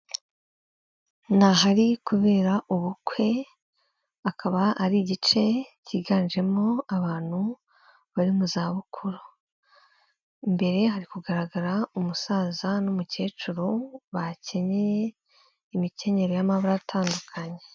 Ni ahari kubera ubukwe akaba ari igice kiganjemo abantu bari mu zabukuru, imbere harikugaragara umusaza n'umukecuru bakenyeye imikenyero y'amabara atandukanye.